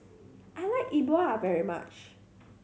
I like Yi Bua very much